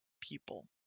people